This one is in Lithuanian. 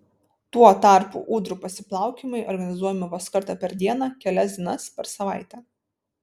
tuo tarpu ūdrų pasiplaukiojimai organizuojami vos kartą per dieną kelias dienas per savaitę